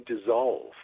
dissolve